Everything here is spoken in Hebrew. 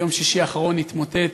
ביום שישי האחרון התמוטט